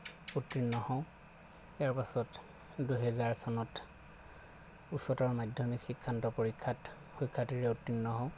উত্তীৰ্ণ হওঁ ইয়াৰ পাছত দুহেজাৰ চনত উচ্চতৰ মাধ্যমিক শিক্ষান্ত পৰীক্ষাত সুখ্যাতিৰে উত্তীৰ্ণ হওঁ